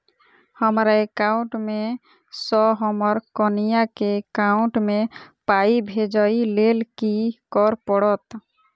हमरा एकाउंट मे सऽ हम्मर कनिया केँ एकाउंट मै पाई भेजइ लेल की करऽ पड़त?